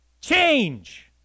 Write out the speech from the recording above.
Change